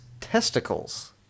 testicles